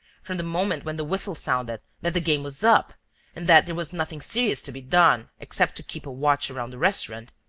from the moment when the whistle sounded that the game was up and that there was nothing serious to be done, except to keep a watch around the restaurant!